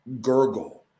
gurgle